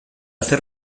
zer